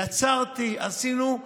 יצרתי, עשינו.